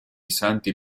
santi